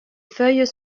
feuilles